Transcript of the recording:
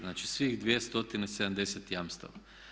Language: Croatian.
Znači svih 270 jamstava.